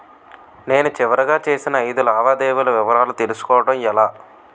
నేను చివరిగా చేసిన ఐదు లావాదేవీల వివరాలు తెలుసుకోవటం ఎలా?